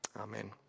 Amen